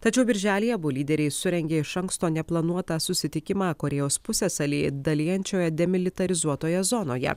tačiau birželį abu lyderiai surengė iš anksto neplanuotą susitikimą korėjos pusiasalį dalijančioje demilitarizuotoje zonoje